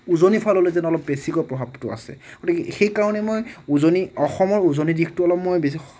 উজনিৰ ফালেলৈ যেন অলপ বেছিকৈ প্ৰভাৱটো আছে গতিকে সেইকাৰণে মই উজনি অসমৰ উজনি দিশটো অলপ মই বেছি